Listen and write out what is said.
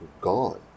gone